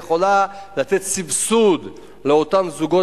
היא יכולה לתת סבסוד לאותם זוגות